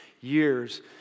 years